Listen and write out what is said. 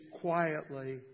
quietly